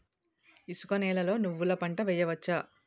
ఇసుక నేలలో నువ్వుల పంట వేయవచ్చా?